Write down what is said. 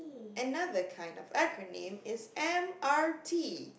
another kind of acronym is M_R_T